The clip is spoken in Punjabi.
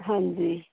ਹਾਂਜੀ